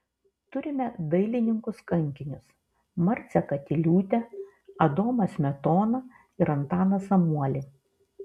turime dailininkus kankinius marcę katiliūtę adomą smetoną ir antaną samuolį